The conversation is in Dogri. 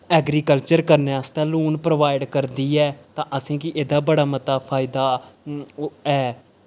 एग्रीकल्चर करने आस्तै लोन प्रोवाइड करदी ऐ तां असें की एह्दा बड़ा मता फायदा ऐ